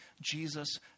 Jesus